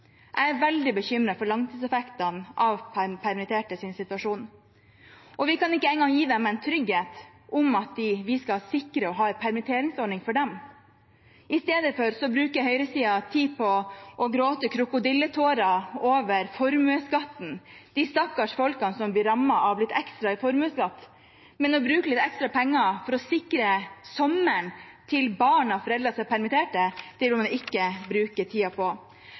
Jeg er veldig bekymret for langtidseffektene av de permittertes situasjon. Man kan ikke engang gi dem trygghet om å sikre en permitteringsordning for dem. I stedet bruker høyresiden tid på å gråte krokodilletårer over formuesskatten og de stakkars folkene som blir rammet av litt ekstra i formuesskatt, men litt ekstra penger for å sikre sommeren for barn av foreldre som er permittert, vil man ikke bruke tiden på.